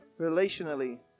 relationally